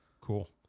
Cool